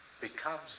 becomes